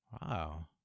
Wow